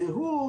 זהות,